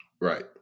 Right